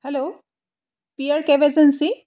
hello P R cab agency